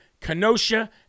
Kenosha